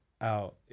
out